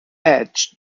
edge